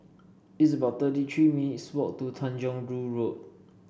it's about thirty three minutes' walk to Tanjong Rhu Road